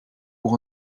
pour